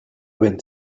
wind